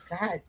God